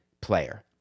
player